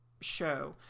show